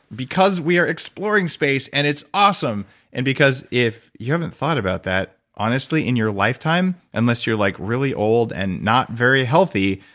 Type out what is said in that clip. because we are exploring space, and it's awesome and because if you haven't thought about that, honestly, in your lifetime, unless you're like really old and not very healthy,